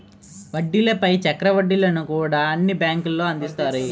వడ్డీల పై చక్ర వడ్డీలను కూడా కొన్ని బ్యాంకులు అందిస్తాయి